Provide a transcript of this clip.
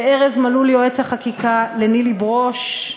לארז מלול, יועץ החקיקה, לנילי ברוש,